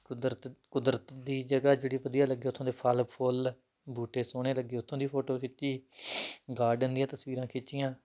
ਕੁਦਰਤ ਕੁਦਰਤ ਦੀ ਜਗ੍ਹਾ ਜਿਹੜੀ ਵਧੀਆ ਲੱਗੀ ਉੱਥੋਂ ਦੇ ਫ਼ਲ ਫੁੱਲ ਬੂਟੇ ਸੋਹਣੇ ਲੱਗੇ ਉੱਥੋਂ ਦੀ ਫੋਟੋ ਖਿੱਚੀ ਗਾਰਡਨ ਦੀਆਂ ਤਸਵੀਰਾਂ ਖਿੱਚੀਆਂ